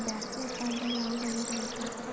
ಬ್ಯಾಸಗಿ ಕಾಲದಾಗ ಯಾವ ಬೆಳಿ ಬೆಳಿತಾರ?